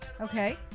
okay